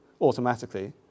automatically